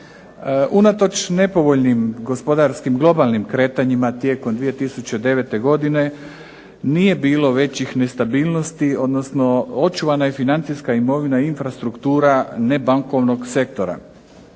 Unatoč nepovoljnim gospodarskim globalnim kretanjima tijekom 2009. godine, nije bilo većih nestabilnosti odnosno očuvana je financijska imovina i infrastruktura nebankovnog sektora.